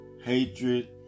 hatred